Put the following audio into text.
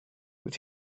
wyt